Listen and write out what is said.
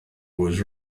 was